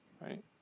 right